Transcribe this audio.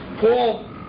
Paul